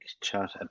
chat